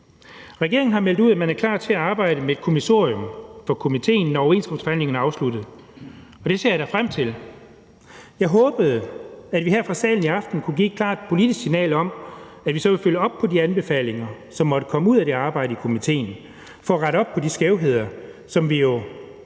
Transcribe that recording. Regeringen har meldt ud, at man er klar til at arbejde med et kommissorium for komitéen, når overenskomstforhandlingerne er afsluttet, og det ser jeg da frem til. Jeg håbede, at vi her fra salen i aften kunne give et klart politisk signal om, at vi så ville følge op på de anbefalinger, som måtte komme ud af det arbejde i komitéen, for at rette op på de skævheder, som vi jo